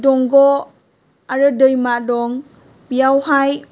दंग' आरो दैमा दं बेयावहाय